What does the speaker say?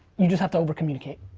you just have to over-communicate.